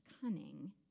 cunning